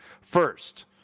First